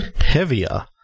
Heavier